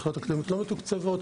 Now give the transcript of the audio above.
מכללות אקדמיות לא מתוקצבות,